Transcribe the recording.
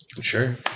Sure